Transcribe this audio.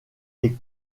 des